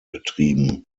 betrieben